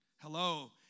Hello